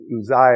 Uzziah